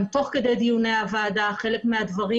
גם תוך כדי דיוני הוועדה חלק מהדברים